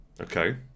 Okay